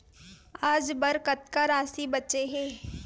आज बर कतका राशि बचे हे?